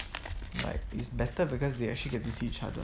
but is better because they actually get to see each other